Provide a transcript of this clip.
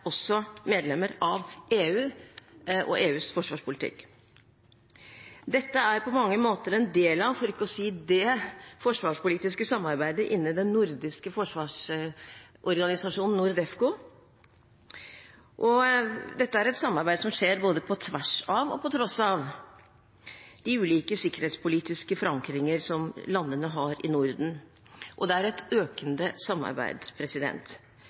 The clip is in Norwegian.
også medlemmer av EU og EUs forsvarspolitikk. Dette er på mange måter en del av, for ikke å si det forsvarspolitiske samarbeidet i den nordiske forsvarsorganisasjonen NORDEFCO. Det er et samarbeid som skjer både på tvers av og på tross av de ulike sikkerhetspolitiske forankringer som landene i Norden har, og det er et økende samarbeid.